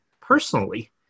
personally